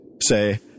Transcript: say